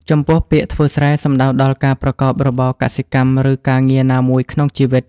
ចំពោះពាក្យ ធ្វើស្រែ សំដៅដល់ការប្រកបរបរកសិកម្ម ឬការងារណាមួយក្នុងជីវិត។